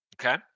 okay